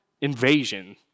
invasion